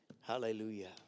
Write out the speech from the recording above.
Hallelujah